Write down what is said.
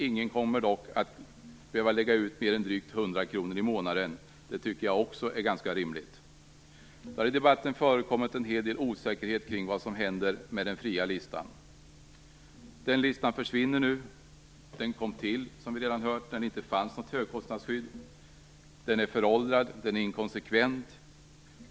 Ingen kommer dock att behöva lägga ut mer än drygt 100 kr i månaden. Också det tycker jag är ganska rimligt. Det har i debatten förekommit en hel del osäkerhet kring vad som händer med den fria listan. Den listan försvinner nu. Den kom till, som vi redan hört, när det inte fanns något högkostnadsskydd. Den är föråldrad och inkonsekvent.